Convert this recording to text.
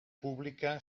pública